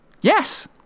Yes